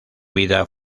vida